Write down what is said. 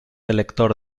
elector